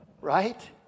Right